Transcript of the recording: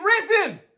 risen